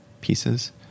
pieces